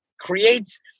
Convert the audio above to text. creates